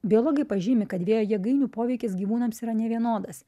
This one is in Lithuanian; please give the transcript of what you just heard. biologai pažymi kad vėjo jėgainių poveikis gyvūnams yra nevienodas